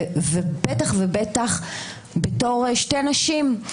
בטח ובטח בתור שתי נשים,